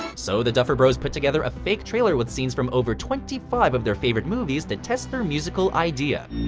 so the duffer bros put together a fake trailer with scenes from over twenty five of their favorite movies to test their musical idea.